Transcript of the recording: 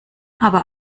aber